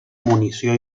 munició